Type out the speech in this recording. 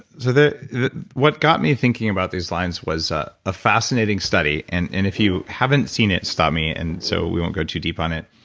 so what got me thinking about these lines was a ah fascinating study and if you haven't seen it, stop me and so we won't go too deep on it.